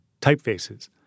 typefaces